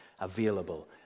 available